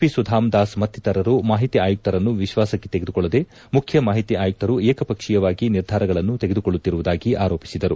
P Sudham Das ಮತ್ತಿತರರು ಮಾಹಿತಿ ಆಯುಕ್ತರನ್ನು ವಿಶ್ವಾಸಕ್ಕೆ ತೆಗೆದುಕೊಳ್ಳದೆ ಮುಖ್ಯ ಮಾಹಿತಿ ಆಯುಕ್ತರು ಏಕಪಕ್ಷೀಯವಾಗಿ ನಿರ್ಧಾರಗಳನ್ನು ತೆಗೆದುಕೊಳ್ಳುತ್ತಿರುವುದಾಗಿ ಆರೋಪಿಸಿದರು